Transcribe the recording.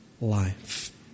life